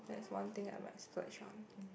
that's one thing I might splurge on